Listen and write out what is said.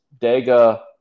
Dega